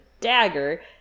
dagger